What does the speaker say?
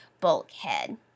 bulkhead